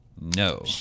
No